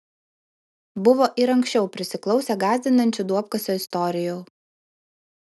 buvo ir anksčiau prisiklausę gąsdinančių duobkasio istorijų